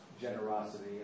generosity